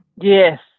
Yes